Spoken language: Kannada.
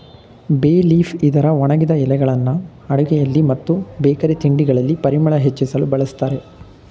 ಬೇ ಲೀಫ್ ಇದರ ಒಣಗಿದ ಎಲೆಗಳನ್ನು ಅಡುಗೆಯಲ್ಲಿ ಮತ್ತು ಬೇಕರಿ ತಿಂಡಿಗಳಲ್ಲಿ ಪರಿಮಳ ಹೆಚ್ಚಿಸಲು ಬಳ್ಸತ್ತರೆ